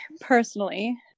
personally